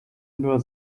nur